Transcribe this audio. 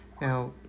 Now